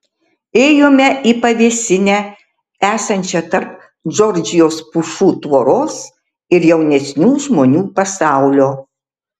ėjome į pavėsinę esančią tarp džordžijos pušų tvoros ir jaunesnių žmonių pasaulio